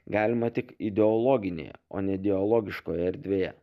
galima tik ideologinėje o ne dialogiškoje erdvėje